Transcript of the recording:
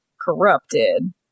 corrupted